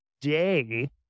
day